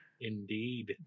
Indeed